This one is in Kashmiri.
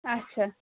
اَچھا